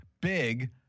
big